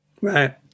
Right